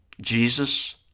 Jesus